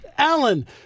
Allen